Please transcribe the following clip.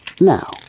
Now